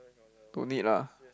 don't need lah